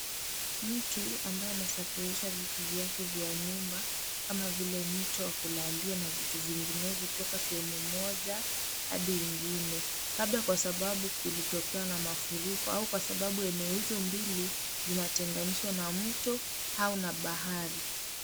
Mtu ambaye anasafirisha vitu vyake vya nyumba kama vile mto wa kulalia na vitu zinginevyo kutoka sehemu moja hadi ingine. Labda kwa sababu kulitokea mafuriko au kwa sababu eneo hizo mbili zinatenganishwa na mto au na bahari.